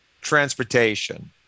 transportation